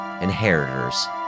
inheritors